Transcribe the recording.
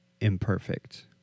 Imperfect